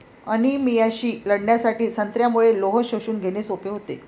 अनिमियाशी लढण्यासाठी संत्र्यामुळे लोह शोषून घेणे सोपे होते